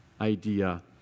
idea